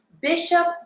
Bishop